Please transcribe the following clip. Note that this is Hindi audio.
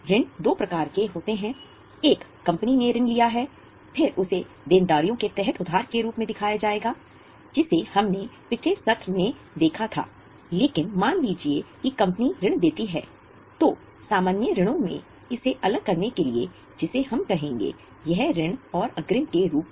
ऋण दो प्रकार के होते हैं एक कंपनी ने ऋण लिया है फिर उसे देनदारियों के तहत उधार के रूप में दिखाया जाएगा जिसे हमने पिछले सत्र में देखा था लेकिन मान लीजिए कि कंपनी ऋण देती है तो सामान्य ऋणों से इसे अलग करने के लिए जिसे हम कहेंगे यह ऋण और अग्रिम के रूप में